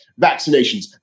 vaccinations